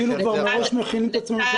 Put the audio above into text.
כאילו כבר מראש מכינים את עצמם שאין תקציב?